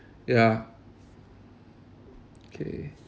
ya K